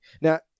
now